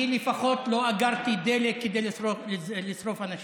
אני לפחות לא אגרתי דלק כדי לשרוף אנשים.